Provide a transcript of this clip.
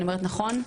אני אומרת נכון?